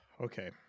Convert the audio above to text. Okay